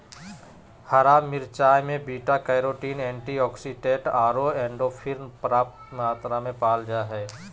हरा मिरचाय में बीटा कैरोटीन, एंटीऑक्सीडेंट आरो एंडोर्फिन पर्याप्त मात्रा में पाल जा हइ